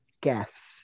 guess